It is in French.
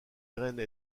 graines